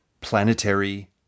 planetary